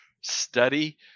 study